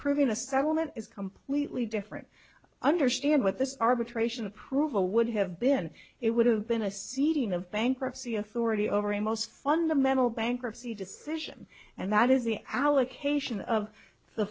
approving a settlement is completely different understand what this arbitration approval would have been it would have been a ceding of bankruptcy authority over a most fundamental bankruptcy decision and that is the allocation of the